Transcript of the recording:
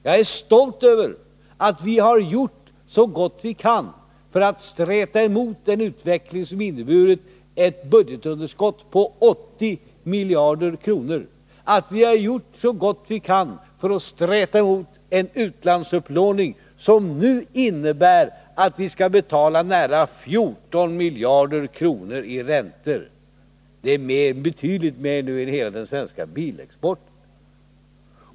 Jag är stolt över att vi har gjort så gott vi kunnat för att streta emot den utveckling som inneburit ett budgetunderskott på 80 miljarder kronor, att vi har gjort så gott vi kunnat för att streta emot en utlandsupplåning som innebär att vi nu skall betala nära 14 miljarder kronor i räntor. Det är betydligt mer än hela den svenska bilexporten.